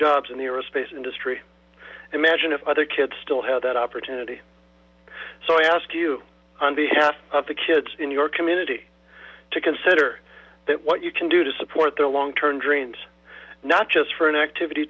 jobs in the aerospace industry imagine if other kids still had that opportunity so i ask you on behalf of the kids in your community to consider that what you can do to support their long term dreams not just for an activity